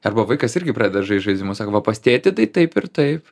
arba vaikas irgi pradeda žaist žaidimus sako va pas tėtį tai taip ir taip